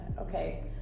Okay